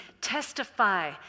testify